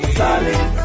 solid